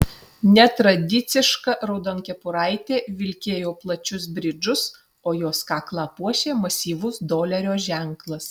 netradiciška raudonkepuraitė vilkėjo plačius bridžus o jos kaklą puošė masyvus dolerio ženklas